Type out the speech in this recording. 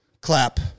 Clap